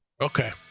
Okay